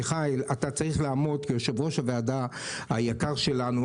מיכאל אתה צריך לעמוד כיושב-ראש הוועדה היקר שלנו,